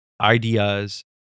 ideas